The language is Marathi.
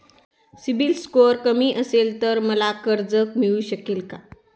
सिबिल स्कोअर कमी असेल तर मला कर्ज मिळू शकेल का?